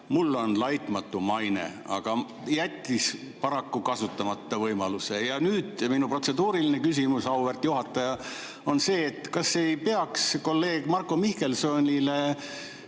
"Mul on laitmatu maine." Aga ta jättis paraku kasutamata selle võimaluse. Ja nüüd minu protseduuriline küsimus, auväärt juhataja, on see, et kas ei peaks kolleeg Marko Mihkelsonile